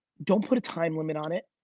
don't put a time limit on it.